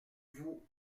vous